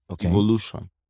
evolution